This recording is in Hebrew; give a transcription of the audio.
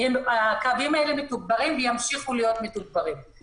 הקווים האלה מתוגברים וימשיכו להיות מתוגברים.